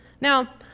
Now